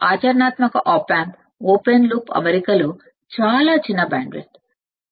ఆచరణాత్మక op amp open loop అమరిక లో బ్యాండ్ విడ్త్ చాలా చిన్నది